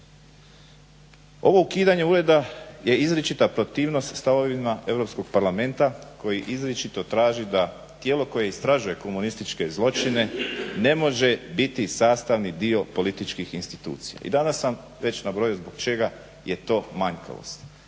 Ovo ukidanje ureda je izričita protivnost stavovima Europskog parlamenta koji izričito traži da tijelo koje istražuje komunističke zločine ne može biti sastavni dio političkih institucija i danas sam već nabrojio zbog čega je to manjkavost.